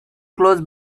close